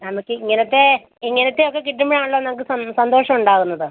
നമുക്ക് ഇങ്ങനത്തെ ഇങ്ങനത്തെയൊക്കെ കിട്ടുമ്പോഴാണല്ലോ നമുക്ക് സന്തോഷം ഉണ്ടാകുന്നത്